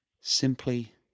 Simply